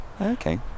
Okay